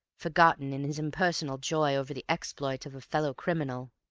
forgotten in his impersonal joy over the exploit of a fellow-criminal.